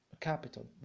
capital